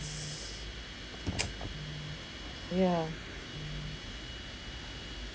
ya